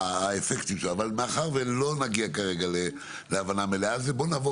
אבל מאחר ולא נגיע כרגע להבנה מלאה אז בואו נעבור